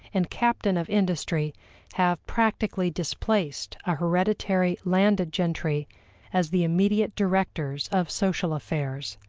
and captain of industry have practically displaced a hereditary landed gentry as the immediate directors of social affairs.